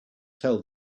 tell